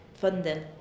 funding